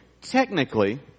Technically